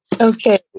Okay